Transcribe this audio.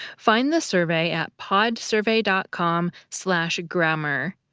find the survey at pod survey dot com slash grammar.